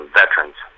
veterans